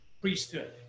priesthood